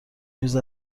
هیز